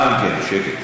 אנא מכם, שקט.